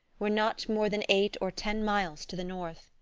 were not more than eight or ten miles to the north.